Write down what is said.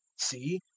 see,